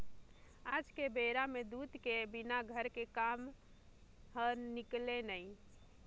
आज के बेरा म दूद के बिना घर के काम ह निकलय नइ